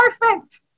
perfect